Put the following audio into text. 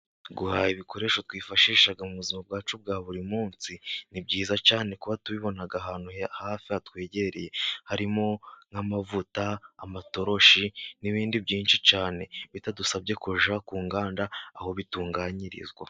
Guhaha ibikoresho twifashisha mu buzima bwacu bwa buri munsi, ni byiza cyane. Kuba tubibona ahantu hafi twegereye harimo nk'amavuta, amatoroshi n'ibindi byinshi cyane. bitadusabye kujya ku nganda aho bitunganyirizwa.